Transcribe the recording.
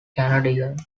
canadiens